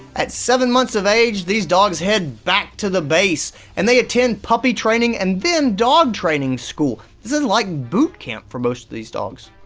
at seven months of age these dogs head back to the base and they attend puppy training and then dog training school. this is like boot camp for most of these dogs.